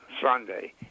Sunday